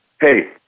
hey